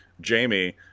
Jamie